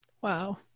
Wow